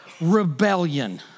rebellion